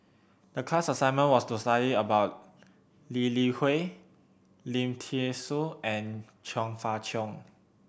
the class assignment was to study about Lee Li Hui Lim Thean Soo and Chong Fah Cheong